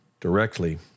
directly